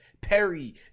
Perry